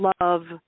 love